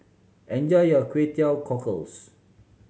enjoy your Kway Teow Cockles